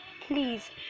please